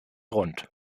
rund